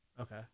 okay